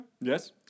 Yes